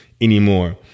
anymore